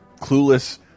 clueless